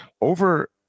over